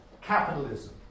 capitalism